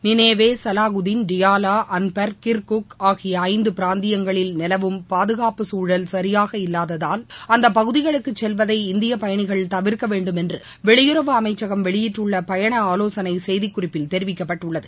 Nineveh Salahuddin Diyala Anbar Kirkuk ஆகியஐந்துபிராந்தியங்களில் நிலவும் பாதுனப்பு குழல் சரியாக இல்லாததால் அந்தபகுதிகளுக்குசெல்வதை இந்தியபயணிகள் தவிர்க்கவேண்டும் என்றுவெளியுறவு அமைச்சகம் வெளியிட்டுள்ளபயண ஆலோசனைசெய்திகுறிப்பில் தெரிவிக்கப்பட்டுள்ளது